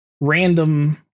random